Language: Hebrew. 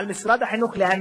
הנתונים של משרד החינוך.